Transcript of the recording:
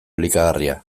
elikagarria